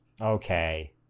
Okay